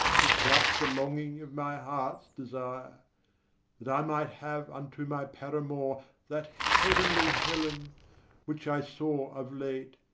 to glut the longing of my heart's desire that i might have unto my paramour that heavenly helen which i saw of late,